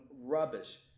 rubbish